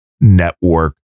network